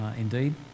indeed